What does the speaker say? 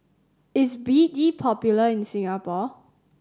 is B D popular in Singapore